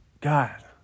God